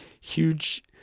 huge